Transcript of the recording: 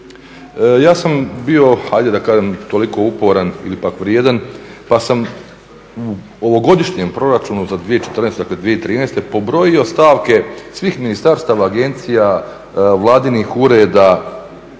Ja sam bio ajde da kažem toliko uporan ili pak vrijedan pa sam u ovogodišnjem Proračunu za 2014., dakle 2013., pobrojio stavke svih ministarstava, agencija, vladinih ureda,